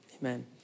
amen